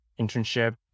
internship